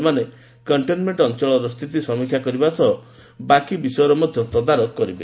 ସେମାନେ କକ୍କେନମେକ୍କ ଅଞ୍ଚଳର ସ୍ଥିତି ସମୀକ୍ଷା କରିବା ସହ ବାକି ବିଷୟର ମଧ୍ୟ ତଦାରଖ କରିବେ